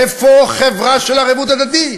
איפה חברה של ערבות הדדית?